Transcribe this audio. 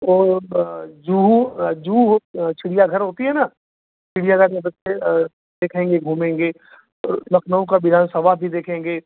वह जुहू जूहू चिड़ियाघर होती है ना चिड़ियाघर में बच्चे देखेंगे घूमेंगे और लखनऊ का विधानसभा भी देखेंगे